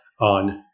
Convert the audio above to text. on